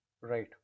right